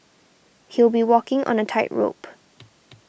he'll be walking on a tightrope